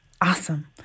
Awesome